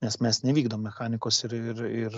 nes mes nevykdom mechanikos ir ir